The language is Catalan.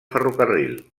ferrocarril